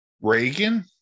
Reagan